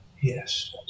Yes